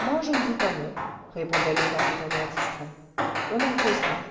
moi je ne dis pas non répondait levaque d'un air distrait on en causera